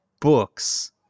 books